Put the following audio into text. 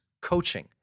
Coaching